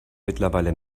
mittlerweile